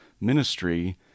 ministry